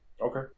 Okay